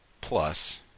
plus